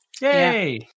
Yay